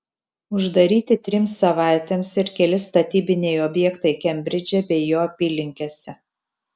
uždaryti trims savaitėms ir keli statybiniai objektai kembridže bei jo apylinkėse